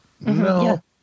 No